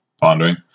pondering